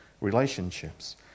relationships